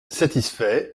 satisfait